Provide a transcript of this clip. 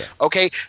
Okay